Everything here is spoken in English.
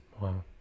Wow